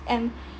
and